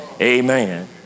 amen